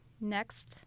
Next